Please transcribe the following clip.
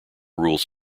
rules